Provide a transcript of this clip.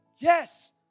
yes